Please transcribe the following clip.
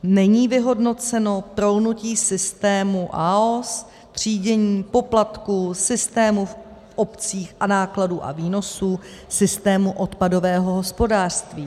Není vyhodnoceno prolnutí systému AOS, třídění, poplatků, systému v obcích a nákladů a výnosů systému odpadového hospodářství.